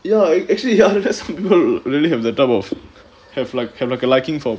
ya actu~ actually ya some people really have the type of have like have a liking for